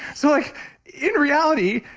so like in reality,